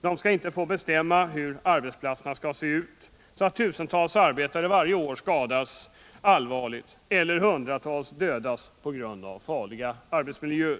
De skall inte få bestämma hur arbetsplatserna skall se ut, så att tusentals arbetare varje år skadas allvarligt eller hundratals dödas på grund av farliga arbetsmiljöer.